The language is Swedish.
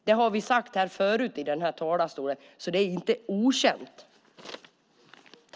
Det har vi sagt förut, så det är inte okänt.